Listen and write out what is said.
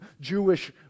Jewish